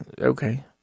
okay